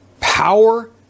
power